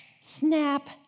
snap